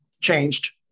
changed